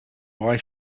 why